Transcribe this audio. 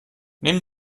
nimm